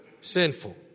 sinful